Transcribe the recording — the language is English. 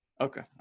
Okay